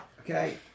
Okay